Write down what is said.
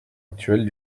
actuelle